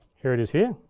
here it is here.